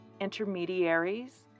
intermediaries